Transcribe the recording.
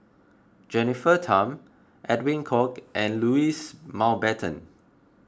Jennifer Tham Edwin Koek and Louis Mountbatten